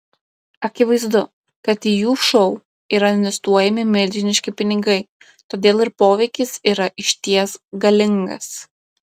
akivaizdu kad į jų šou yra investuojami milžiniški pinigai todėl ir poveikis yra išties galingas